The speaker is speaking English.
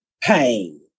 pain